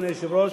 אדוני היושב-ראש.